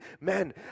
man